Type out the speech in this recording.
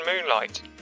moonlight